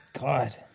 god